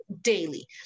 daily